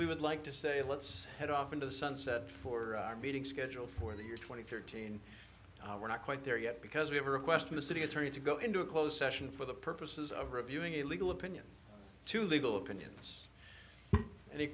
we would like to say let's head off into the sunset for our meeting schedule for the year twenty fifteen we're not quite there yet because we have a request from the city attorney to go into a closed session for the purposes of reviewing a legal opinion to legal opinions any